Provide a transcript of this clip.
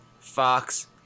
Fox